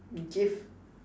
give